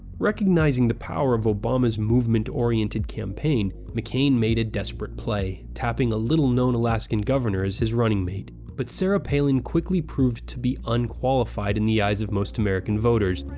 recognizing the power of obama's movement-oriented campaign, mccain made a desperate play, tapping a little known alaskan governor as his running mate. but sarah palin quickly proved to be unqualified in the eyes of most american voters,